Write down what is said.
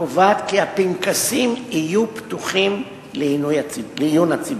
הקובע כי הפנקסים יהיו פתוחים לעיון הציבור.